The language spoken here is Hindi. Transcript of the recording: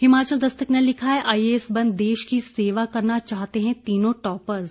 हिमाचल दस्तक ने लिखा है आईएएस बन देश की सेवा करना चाहते हैं तीनों टॉपर्स